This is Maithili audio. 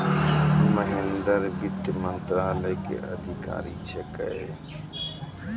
महेन्द्र वित्त मंत्रालय के अधिकारी छेकै